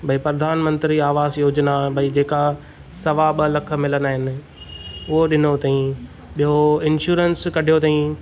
भई प्रधान मंत्री आवास योजना भई जेका सवा ॿ लखि मिलंदा आहिनि उहो ॾिनो अथई ॿियो इंश्योरेंस कढियो अथई